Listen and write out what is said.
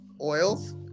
oils